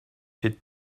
fait